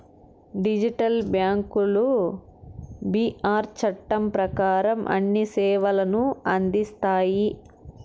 digital బ్యాంకులు B R చట్టం ప్రకారం అన్ని సేవలను అందిస్తాయి